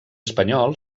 espanyol